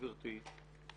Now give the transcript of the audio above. גברתי,